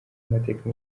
mateka